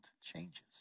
changes